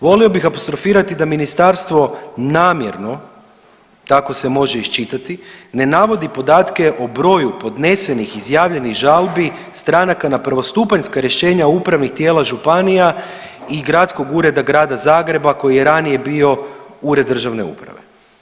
Volio bih apostrofirati da ministarstvo namjerno, tako se može iščitati, ne navodi podatke o broju podnesenih izjavljenih žalbi stranaka na prvostupanjska rješenja upravnih tijela županija i Gradskog ureda Grada Zagreba koji je ranije bio ured državne uprave.